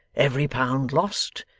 every pound lost,